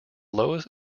lowest